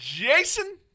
Jason